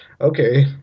Okay